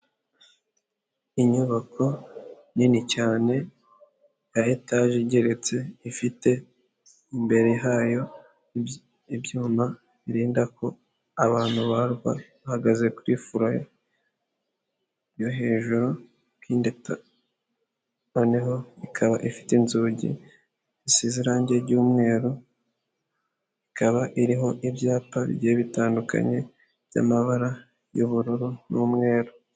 Inyubako nini cyane ya etaje igeretse ifite imbere hayo ibyuma birinda ko abantu bagwa bahagaze kuri furo yo hejuru, noneho ikaba ifite inzugi zisize irange ry'umweru, ikaba iriho ibyapa bigiye bitandukanye by'amabara y'ubururu n'umweru.